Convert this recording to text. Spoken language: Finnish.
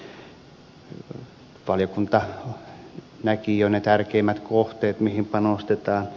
valiokunta näki jo ne tärkeimmät kohteet mihin panostetaan